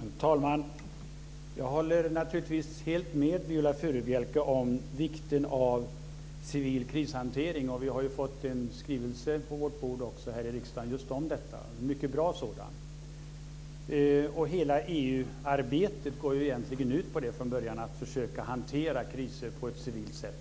Herr talman! Jag håller naturligtvis helt med Viola Furubjelke om vikten av civil krishantering. Vi har ju fått en skrivelse på vårt bord här i riksdagen om just detta, en mycket bra sådan. Hela EU-arbetet går egentligen ut på det från början; att försöka hantera kriser på ett civilt sätt.